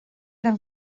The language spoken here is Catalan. eren